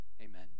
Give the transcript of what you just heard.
amen